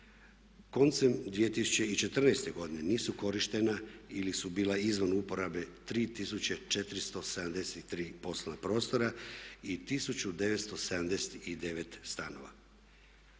Koncem 2014. godine nisu korištena ili su bila izvan uporabe 3473 poslovna prostora i 1979 stanova.